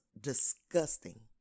disgusting